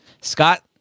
Scott